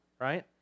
right